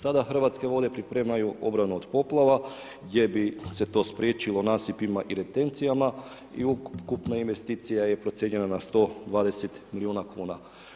Sada Hrvatske vode pripremaju obranu od poplava gdje bi se to spriječilo nasipima i retencijama i ukupna investicija je procijenjena na 120 milijuna kuna.